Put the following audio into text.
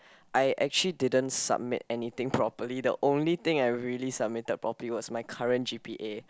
I actually didn't submit anything properly the only thing I really submitted properly was my current g_p_a